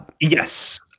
yes